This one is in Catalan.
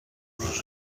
unes